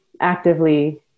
actively